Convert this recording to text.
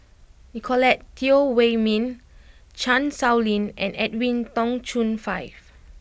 Nicolette Teo Wei min Chan Sow Lin and Edwin Tong Chun Fai